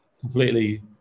completely